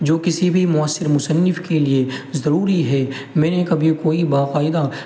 جو کسی بھی مؤثر مصنف کے لیے ضروری ہے میں نے کبھی کوئی باقاعدہ